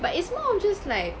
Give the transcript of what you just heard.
but it's more of just like